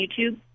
YouTube